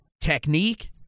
technique